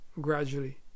gradually